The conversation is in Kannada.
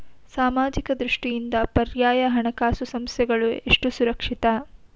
ಸಾಮಾಜಿಕ ದೃಷ್ಟಿಯಿಂದ ಪರ್ಯಾಯ ಹಣಕಾಸು ಸಂಸ್ಥೆಗಳು ಎಷ್ಟು ಸುರಕ್ಷಿತ?